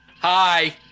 Hi